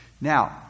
Now